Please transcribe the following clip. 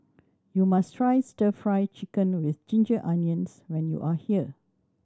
you must try Stir Fry Chicken with ginger onions when you are here